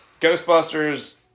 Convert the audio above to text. Ghostbusters